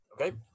okay